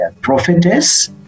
prophetess